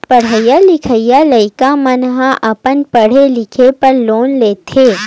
पड़हइया लिखइया लइका मन ह अपन पड़हे लिखे बर लोन लेथे